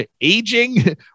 aging